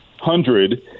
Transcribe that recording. hundred